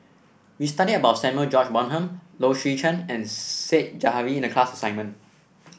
we studied about Samuel George Bonham Low Swee Chen and Said Zahari in the class assignment